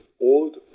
old